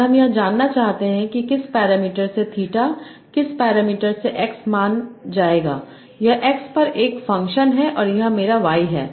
और हम यह जानना चाहते हैं कि किस पैरामीटर से थीटा किस पैरामीटर से x मान जाएगा यह x पर एक फ़ंक्शन है और यह मेरा y है